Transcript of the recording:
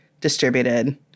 distributed